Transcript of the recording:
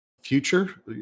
future